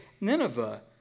Nineveh